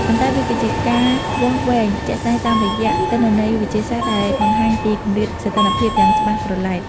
ប៉ុន្តែវាគឺជាការវាស់វែងជាក់ស្ដែងតាមរយៈទិន្នន័យវិទ្យាសាស្ត្រដែលបង្ហាញពីគម្លាតសីតុណ្ហភាពយ៉ាងច្បាស់ក្រឡែត។